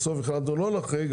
בסוף החלטנו לא להחריג,